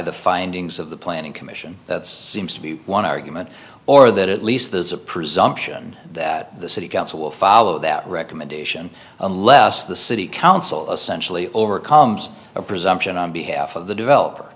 the findings of the planning commission that's seems to be one argument or that at least there's a presumption that the city council will follow that recommendation unless the city council essentially overcomes a presumption on behalf of the developer